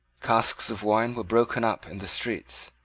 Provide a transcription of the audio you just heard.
casks of wine were broken up in the streets,